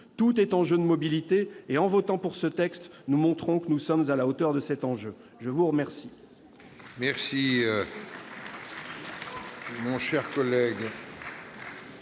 Tout est enjeu de mobilité et, en votant pour ce texte, nous montrons que nous sommes à la hauteur de cet enjeu ! La parole